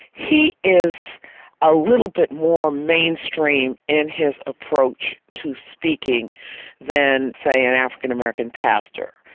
he is a little bit more mainstream in his approach to speaking than say, an african american pastor.